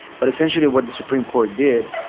but essentially, what the supreme court did,